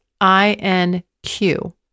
I-N-Q